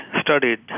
studied